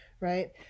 Right